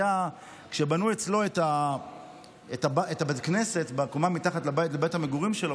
כשבנו אצלו את בית הכנסת בקומה שמתחת לבית המגורים שלו,